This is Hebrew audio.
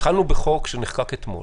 התחלנו בחוק שנחקק אתמול,